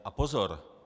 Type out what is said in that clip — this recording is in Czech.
A pozor!